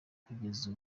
kugeza